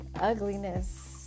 Ugliness